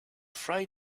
fry